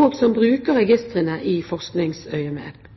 og som bruker registrene i forskningsøyemed.